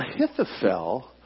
Ahithophel